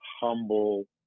humble